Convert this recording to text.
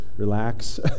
relax